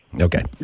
Okay